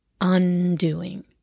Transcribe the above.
undoing